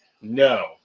No